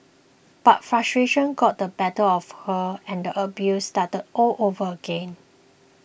but frustration got the better of her and the abuse started all over again